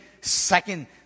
second